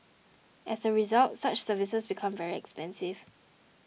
as a result such services become very expensive